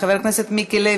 חבר הכנסת איתן ברושי,